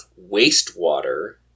wastewater